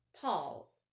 Paul